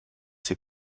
ses